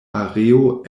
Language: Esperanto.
areo